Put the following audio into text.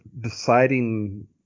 deciding